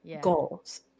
goals